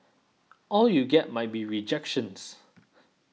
all you get might be rejections